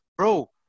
bro